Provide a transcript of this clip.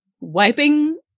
wiping